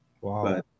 Wow